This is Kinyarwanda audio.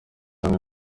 hamwe